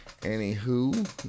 Anywho